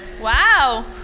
Wow